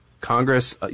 Congress